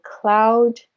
cloud